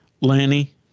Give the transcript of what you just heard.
Lanny